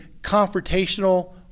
confrontational